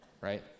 right